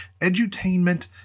edutainment